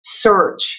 search